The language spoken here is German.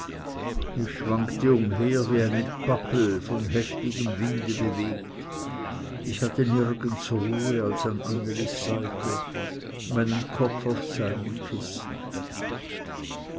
ich schwankte umher wie eine pappel von heftigem winde bewegt ich hatte nirgends ruhe als an annelis seite meinen kopf auf seinem kissen